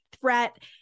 threat